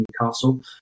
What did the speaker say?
Newcastle